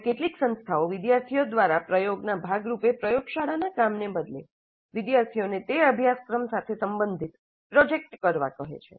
હવે કેટલીક સંસ્થાઓ વિદ્યાર્થીઓ દ્વારા પ્રયોગના ભાગરૂપે પ્રયોગશાળાના કામને બદલે વિદ્યાર્થીઓને તે અભ્યાસક્રમ સાથે સંબંધિત પ્રોજેક્ટ કરવા કહે છે